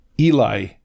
Eli